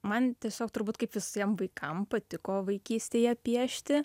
man tiesiog turbūt kaip visiem vaikam patiko vaikystėje piešti